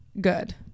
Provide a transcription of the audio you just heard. good